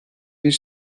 bir